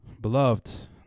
Beloved